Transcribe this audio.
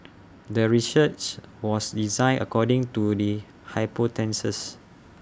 the research was designed according to the hypothesis